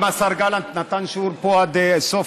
אם השר גלנט נתן שיעור פה עד הסוף,